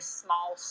small